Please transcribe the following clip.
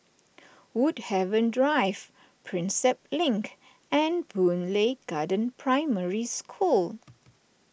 Woodhaven Drive Prinsep Link and Boon Lay Garden Primary School